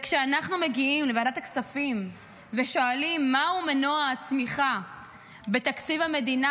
אנחנו מגיעים לוועדת הכספים ושואלים מהו מנוע הצמיחה בתקציב המדינה,